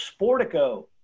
Sportico